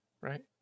right